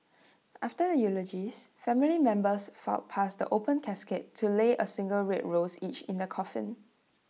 after the eulogies family members filed past the open casket to lay A single red rose each in the coffin